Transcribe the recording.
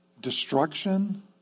Destruction